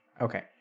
Okay